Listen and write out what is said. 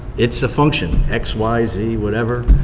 it's a function, x, y, z, whatever.